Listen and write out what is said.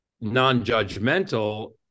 non-judgmental